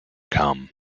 come